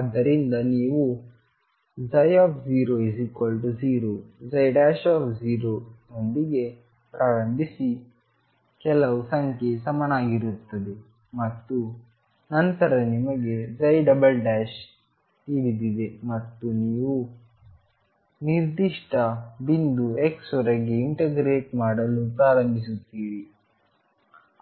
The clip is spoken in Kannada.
ಆದ್ದರಿಂದ ನೀವು 00 0ನೊಂದಿಗೆ ಪ್ರಾರಂಭಿಸಿ ಕೆಲವು ಸಂಖ್ಯೆಗೆ ಸಮನಾಗಿರುತ್ತದೆ ಮತ್ತು ನಂತರ ನಿಮಗೆ ತಿಳಿದಿದೆ ಮತ್ತು ನೀವು ನಿರ್ದಿಷ್ಟ ಬಿಂದು x ವರೆಗೆ ಇಂಟಗ್ರೇಟ್ ಮಾಡಲು ಪ್ರಾರಂಭಿಸುತ್ತೀರಿ